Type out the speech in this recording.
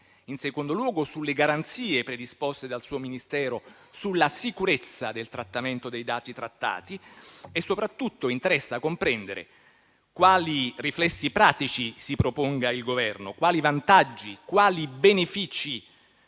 in secondo luogo, sulle garanzie predisposte dal suo Ministero sulla sicurezza del trattamento dei dati trattati. Soprattutto, interessa comprendere quali riflessi pratici si proponga il Governo e quali vantaggi e benefici